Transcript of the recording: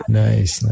nice